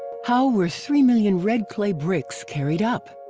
how were three million red clay bricks carried up?